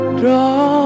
draw